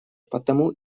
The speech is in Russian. потому